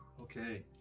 Okay